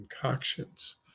concoctions